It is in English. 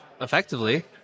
Effectively